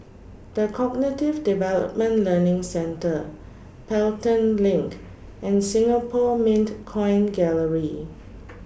The Cognitive Development Learning Centre Pelton LINK and Singapore Mint Coin Gallery